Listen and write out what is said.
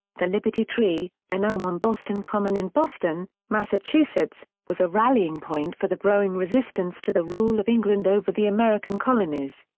the liberty tree, an elm on boston common in boston, massachusetts, was a rallying point for the growing resistance to the rule of england over the american colonies.